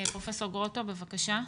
פרופ' גרוטו, בבקשה.